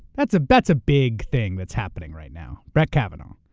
that's ah that's a big thing that's happening right now. brett kavanaugh.